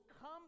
come